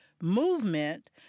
movement